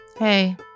Hey